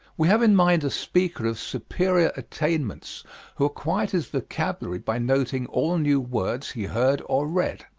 we have in mind a speaker of superior attainments who acquired his vocabulary by noting all new words he heard or read.